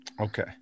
Okay